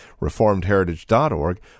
reformedheritage.org